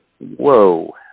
whoa